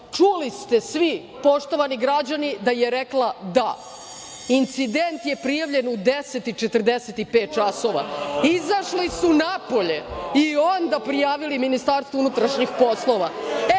Čuli ste svi, poštovani građani, da je rekla – da. Incident je prijavljen u 10.45 časova. Izašli su napolje i onda prijavili Ministarstvu unutrašnjih poslova.